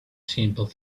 simple